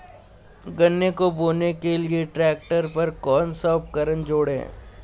गन्ने को बोने के लिये ट्रैक्टर पर कौन सा उपकरण जोड़ें?